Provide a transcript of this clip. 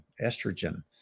Estrogen